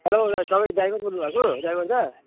hello दाइ तपाईँ driver बोल्नुभएको ड्राइभर दा